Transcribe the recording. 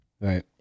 Right